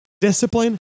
Discipline